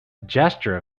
gesture